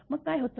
मग काय होतं